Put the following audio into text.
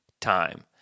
time